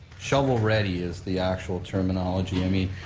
shovel ready is the actual terminology, i mean,